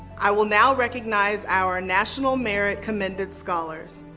i will now recognize our national merit commended scholars.